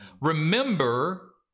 Remember